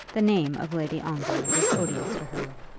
the name of lady ongar was odious to her.